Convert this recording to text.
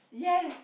yes